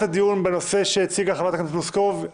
הדיון בנושא שהציגה חברת הכנסת פלוסקוב,